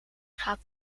gaat